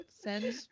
Send